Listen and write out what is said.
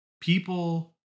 people